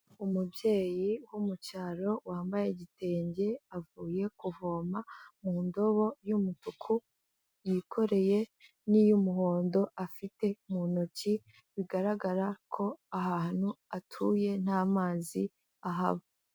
Umubyeyi wo mu cyaro wambaye igitenge avuye kuvoma mu ndobo y'umutuku, yikoreye n'iy'umuhondo afite mu ntoki, bigaragara ko ahantu atuye nta mazi ahaba.